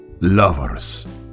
lovers